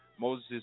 Moses